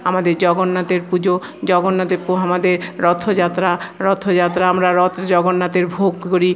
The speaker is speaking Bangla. আমাদের জগন্নাথের পুজো জগন্নাথের প্রহ আমাদের রথযাত্রা রথযাত্রা আমরা রত জগন্নাথের ভোগ করি